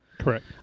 correct